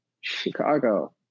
Chicago